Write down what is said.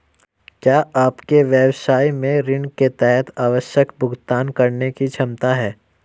क्या आपके व्यवसाय में ऋण के तहत आवश्यक भुगतान करने की क्षमता है?